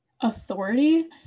authority